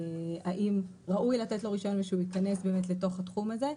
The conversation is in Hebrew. האם ראוי לתת לו רישיון ושהוא יכנס באמת לתוך התחום הזה,